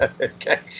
Okay